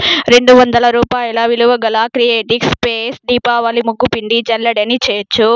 రెండు వందల రూపాయల విలువ గల క్రియేటివ్ స్పేస్ దీపావళి ముగ్గుపిండి జల్లెడని చేర్చు